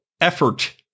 effort